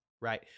Right